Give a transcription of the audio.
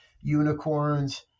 unicorns